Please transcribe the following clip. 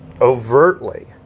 overtly